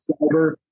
cyber